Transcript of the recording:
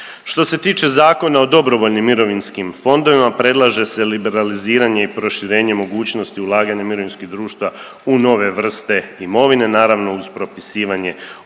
Što se tiče Zakona o dobrovoljnim mirovinskim fondovima predlaže se liberaliziranje i proširenje mogućnosti ulaganja mirovinskih društava u nove vrste imovine, naravno uz propisivanje